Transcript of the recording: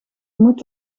moet